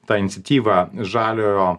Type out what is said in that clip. tą iniciatyvą žaliojo